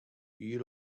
you